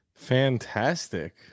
fantastic